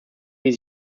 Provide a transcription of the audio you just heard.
die